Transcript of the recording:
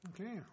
Okay